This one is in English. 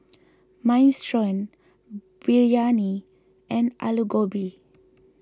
Minestrone Biryani and Alu Gobi